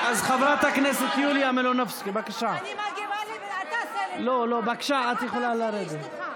חברת הכנסת יוליה, בבקשה, את יכולה לרדת.